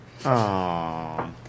Aww